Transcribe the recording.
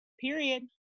period